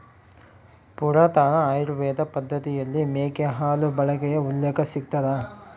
ಪುರಾತನ ಆಯುರ್ವೇದ ಪದ್ದತಿಯಲ್ಲಿ ಮೇಕೆ ಹಾಲು ಬಳಕೆಯ ಉಲ್ಲೇಖ ಸಿಗ್ತದ